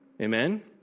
Amen